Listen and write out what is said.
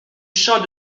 champ